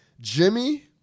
Jimmy